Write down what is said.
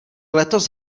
letos